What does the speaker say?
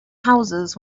houses